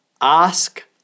Ask